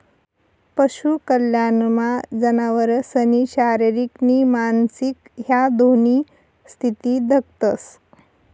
पशु कल्याणमा जनावरसनी शारीरिक नी मानसिक ह्या दोन्ही स्थिती दखतंस